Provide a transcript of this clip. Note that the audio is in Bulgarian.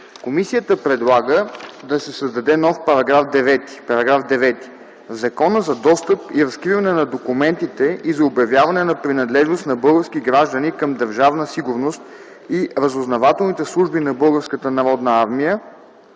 Комисията предлага да се създаде § 9: „§ 9. В Закона за достъп и разкриване на документите и за обявяване на принадлежност на български граждани към Държавна сигурност и разузнавателните служби на Българската народна армия